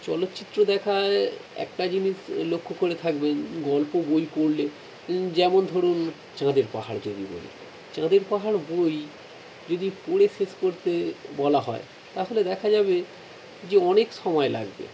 চলচ্চিত্র দেখায় একটা জিনিস লক্ষ্য করে থাকবেন গল্প বই পড়লে ইন যেমন ধরুন চাঁদের পাহাড় যদি বলি চাঁদের পাহাড় বই যদি পড়ে শেষ করতে বলা হয় তাহলে দেখা যাবে যে অনেক সময় লাগবে